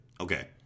Okay